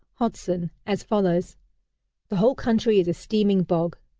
hodson, as follows the whole country is a steaming bog.